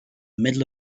middle